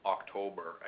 October